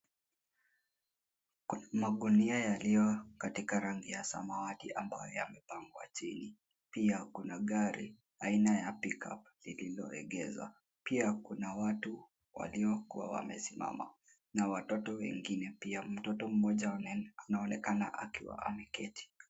Kuna gunia yaliyo katika rangi ya samawati, ambayo yamepangwa chini. Pia kuna gari aina ya Pickup lililoegezwa. Pia kuna watu waliokuwa wamesimama na watoto wengine pia. Mtoto mmoja anaonekana akiwa ameketi.